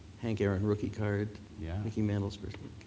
hank aaron rookie card, yeah mickey mantle. so